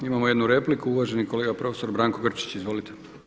Imamo jednu repliku uvaženi kolega prof. Branko Grčić, izvolite.